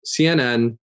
CNN